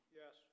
yes